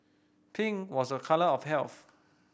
pink was a colour of health